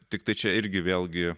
tiktai čia irgi vėlgi